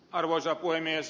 arvoisa puhemies